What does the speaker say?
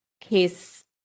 case